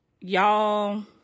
Y'all